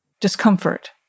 discomfort